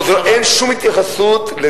לא, אין שום התייחסות, ספציפית.